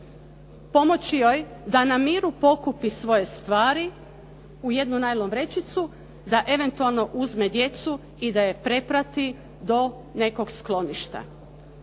pomoći joj da na miru pokupi svoje stvari u jednu najlon vrećicu, da eventualno uzme djecu i da je preprati do nekog skloništa.